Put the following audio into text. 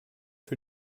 für